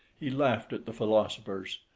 he laughed at the philosophers,